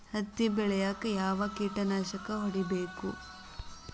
ಹತ್ತಿ ಬೆಳೇಗ್ ಯಾವ್ ಕೇಟನಾಶಕ ಹೋಡಿಬೇಕು?